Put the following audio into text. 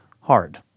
hard